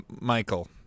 Michael